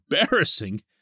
embarrassing